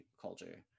culture